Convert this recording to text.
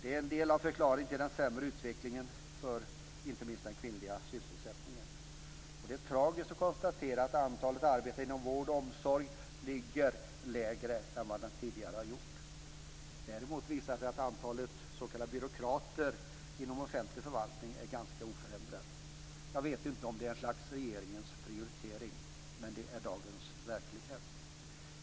Det är en del av förklaringen till en sämre utveckling för inte minst den kvinnliga sysselsättningen. Det är tragiskt att konstatera att antalet arbetande inom vård och omsorg ligger lägre än tidigare. Däremot är antalet byråkrater, anställda inom det som kallas offentlig förvaltning m.m., oförändrat. Det kan möjligen vara regeringens prioritering, men det är dagens verklighet.